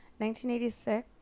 1986